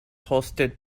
hosted